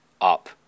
up